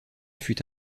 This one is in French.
fut